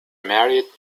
married